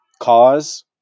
Cause